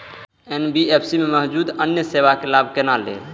NBFC में मौजूद अन्य सेवा के लाभ केना लैब?